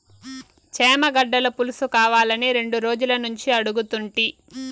చేమగడ్డల పులుసుకావాలని రెండు రోజులనుంచి అడుగుతుంటి